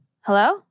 Hello